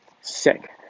Sick